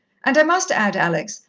and i must add, alex,